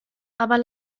aber